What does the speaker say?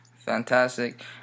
Fantastic